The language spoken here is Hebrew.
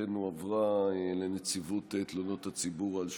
אכן הועברה לנציבות תלונות הציבור על שופטים,